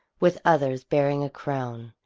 with others, bearing a crown.